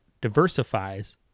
diversifies